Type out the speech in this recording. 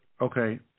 okay